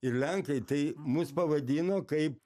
ir lenkai tai mus pavadino kaip